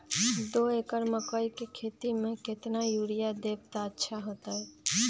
दो एकड़ मकई के खेती म केतना यूरिया देब त अच्छा होतई?